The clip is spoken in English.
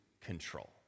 control